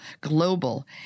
Global